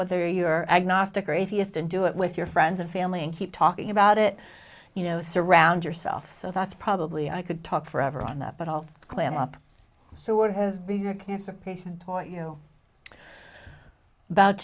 whether you're agnostic or atheist and do it with your friends and family and keep talking about it you know surround yourself so that's probably i could talk forever on that but all clam up so what has been your cancer patient point you about